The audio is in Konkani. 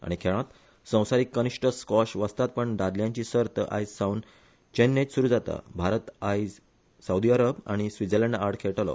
आनी खेळांत संवसारिक कनिष्ट स्कॉश वस्तादपण दादल्यांची सर्त आयज सावन चैन्नयत सुरु जाता भारत आज साऊदी अरब आनी स्विझलँडाआड खेळटलो